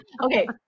okay